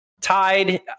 tied